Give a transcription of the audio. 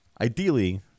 Ideally